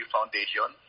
Foundation